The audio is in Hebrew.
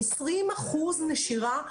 20% נשירה,